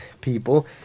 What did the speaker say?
people